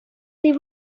they